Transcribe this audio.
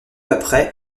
après